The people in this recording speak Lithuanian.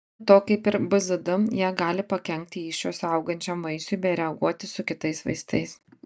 be to kaip ir bzd jie gali pakenkti įsčiose augančiam vaisiui bei reaguoti su kitais vaistais